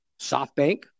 SoftBank